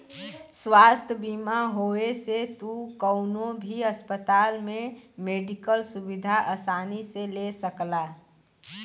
स्वास्थ्य बीमा होये से तू कउनो भी अस्पताल में मेडिकल सुविधा आसानी से ले सकला